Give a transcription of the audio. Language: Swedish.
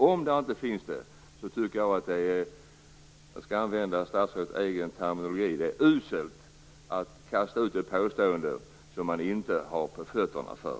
Om det inte finns det, tycker jag att det är, för att använda statsrådets egen terminologi, uselt att kasta ut ett påstående som man så att säga inte har på fötterna för.